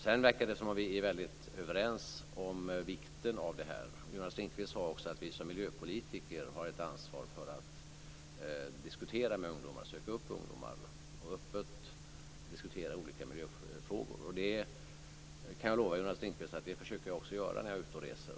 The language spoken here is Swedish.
Sedan verkar det som om vi är väldigt överens om vikten av det här. Jonas Ringqvist sade också att vi som miljöpolitiker har ett ansvar för att diskutera med ungdomar, söka upp ungdomar och öppet diskutera olika miljöfrågor. Och det kan jag lova Jonas Ringqvist att det försöker jag också göra när jag är ute och reser.